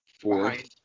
Fourth